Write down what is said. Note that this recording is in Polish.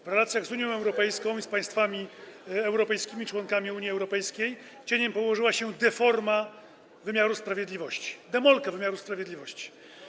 Na relacjach z Unią Europejską i z państwami europejskimi - członkami Unii Europejskiej cieniem położyła się deforma wymiaru sprawiedliwości, demolka wymiaru sprawiedliwości.